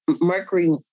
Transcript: Mercury